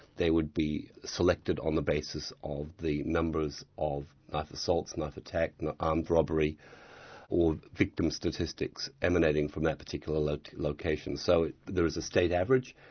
they would be selected on the basis of the numbers of knife assaults, knife attacks, and armed um robbery or victim statistics emanating from that particular location. so there is a state average,